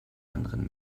anderen